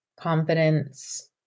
confidence